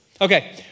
Okay